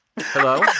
Hello